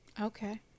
Okay